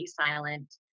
silent